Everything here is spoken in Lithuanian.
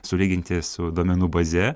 sulyginti su duomenų baze